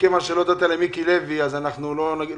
אנחנו נעבור